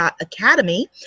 Academy